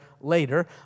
later